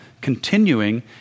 continuing